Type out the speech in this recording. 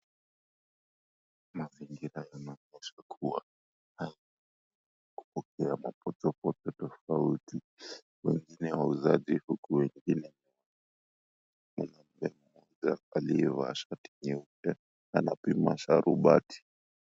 Mazingira yanaonyesha kua haya ni kupokea mapochopocho tofauti wengine wauzaji huku wengine mwanamke mmoja aliyevaa shati nyeupe anapima sharubati.